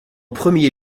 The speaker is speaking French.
premier